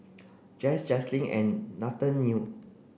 Jens Jaslyn and Nathaniel